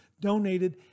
donated